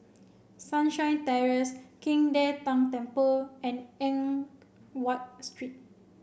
Sunshine Terrace King De Tang Temple and Eng Watt Street